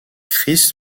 chris